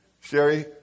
Sherry